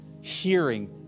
hearing